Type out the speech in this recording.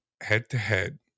head-to-head